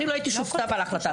אני לא הייתי שותפה להחלטה.